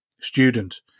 student